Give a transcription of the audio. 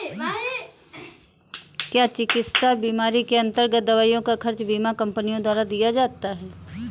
क्या चिकित्सा बीमा के अन्तर्गत दवाइयों का खर्च बीमा कंपनियों द्वारा दिया जाता है?